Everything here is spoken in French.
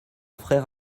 frère